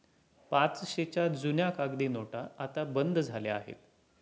पाचशेच्या जुन्या कागदी नोटा आता बंद झाल्या आहेत